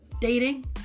dating